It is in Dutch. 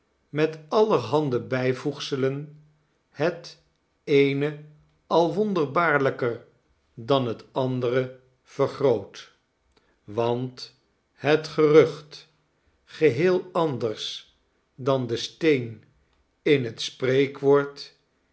met alleihande bijvoegselen het eene al wonderbaarlijker dan het andere vergroot want het gerucht geheel anders dan de steen in het spreekwoord